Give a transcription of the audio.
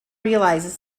realizes